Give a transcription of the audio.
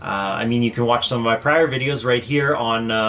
i mean you can watch some of my prior videos right here on